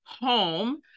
home